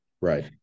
right